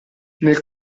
nel